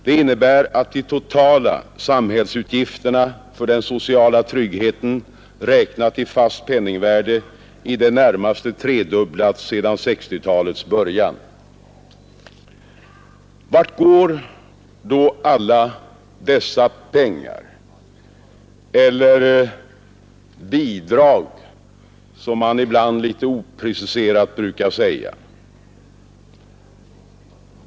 Det innebär att de totala samhällsutgifterna för den sociala tryggheten, räknat i fast penningvärde, i det närmaste tredubblats sedan 1960-talets början. Vart går då alla dessa pengar, eller bidrag, som man ibland litet opreciserat brukar säga?